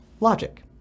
logic